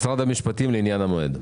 משרד המשפטים לעניין המועד.